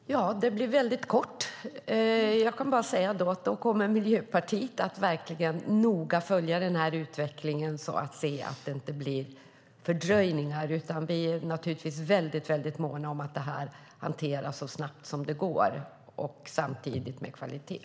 Fru talman! Det blir ett väldigt kort inlägg. Jag kan bara säga att Miljöpartiet verkligen noga kommer att följa den här utvecklingen för att se att det inte blir fördröjningar. Vi är naturligtvis väldigt måna om att det här hanteras så snabbt som det går, men samtidigt med kvalitet.